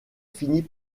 finit